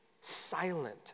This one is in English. silent